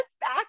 back